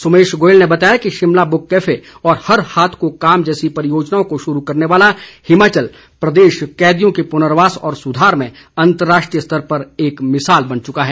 सोमेश गोयल ने बताया कि शिमला बुक कैफे और हर हाथ को काम जैसी परियोजनाओं को शुरू करने वाला हिमाचल प्रदेश कैदियों के पुर्नवास व सुधार में अंतर्राष्ट्रीय स्तर पर एक मिसाल बन चुका है